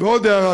ועוד הערה קטנה: